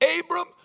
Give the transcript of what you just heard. Abram